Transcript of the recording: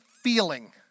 feeling